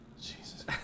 Jesus